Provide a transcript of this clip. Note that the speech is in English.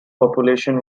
population